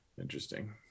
Interesting